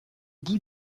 bout